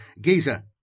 Giza